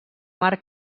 mar